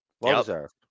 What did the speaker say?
Well-deserved